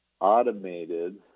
automated